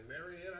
Marianne